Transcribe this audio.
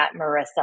Marissa